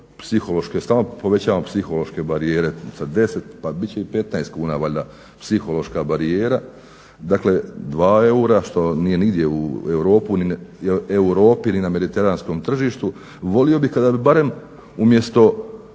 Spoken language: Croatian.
povećavamo psihološke barijere sa 10 pa bit će i 15kuna valjda psihološka barijera. Dakle 2 eura što nije nigdje u Europi ni na mediteranskom tržištu. Volio bih da umjesto